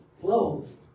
flows